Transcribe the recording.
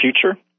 future